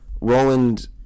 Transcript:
roland